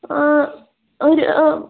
ഒരു